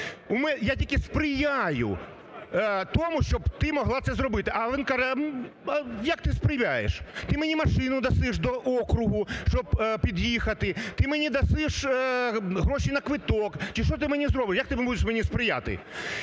я тільки сприяю тому, щоб ти могла це зробити. А він каже, а як ти сприяєш? Ти мені машину даси до округу, щоб під'їхати, ти мені даси гроші на квиток – як ти можеш мені сприяти?